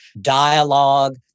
dialogue